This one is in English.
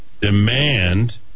Demand